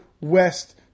west